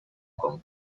con